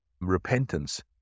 repentance